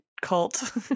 cult